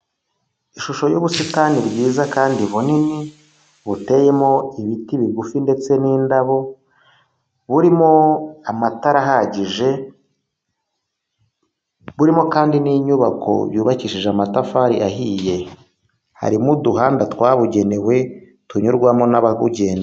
Ishusho y'ubusitani bwiza kandi bunini, buteyemo ibiti bigufi ndetse n'indabo, burimo amatara ahagije, burimo kandi n'inyubako yubakishije amatafari ahiye, harimo uduhanda twabugenewe tunyurwamo n'abawugenda.